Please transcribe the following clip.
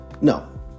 no